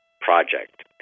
project